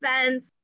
events